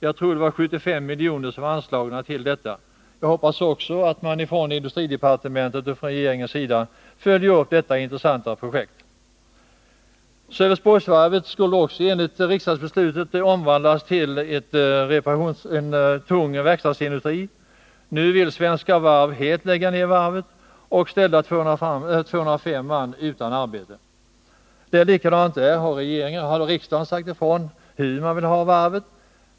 Jag tror att 75 milj.kr. anslagits för detta ändamål. Jag hoppas också att regeringen följer detta intressanta projekt. Enligt riksdagsbeslutet skulle också Sölvesborgsvarvet omvandlas till en tung verkstadsindustri. Nu vill Svenska Varv lägga ned varvet helt och ställa 205 man utan arbete. Det är likadant här. Riksdagen har sagt ifrån hur den vill ha det.